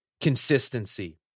consistency